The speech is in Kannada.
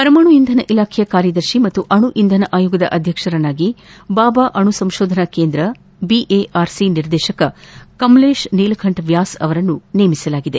ಪರಮಾಣು ಇಂಧನ ಇಲಾಖೆಯ ಕಾರ್ಯದರ್ಶಿ ಹಾಗೂ ಅಣು ಇಂಧನ ಆಯೋಗದ ಅಧ್ಯಕ್ಷರನ್ನಾಗಿ ಬಾಬಾ ಅಣು ಸಂಶೋಧನಾ ಕೇಂದ್ರ ಬಿಎಆರ್ಸಿ ನಿರ್ದೇಶಕ ಕಮಲೇಶ್ ನೀಲಕಂಠ್ ವ್ಹಾಸ್ ಅವರನ್ನು ನೇಮಿಸಲಾಗಿದೆ